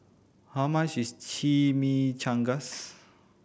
how much is Chimichangas